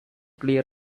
clear